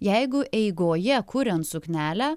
jeigu eigoje kuriant suknelę